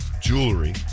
Jewelry